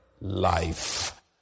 life